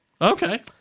Okay